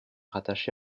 rattaché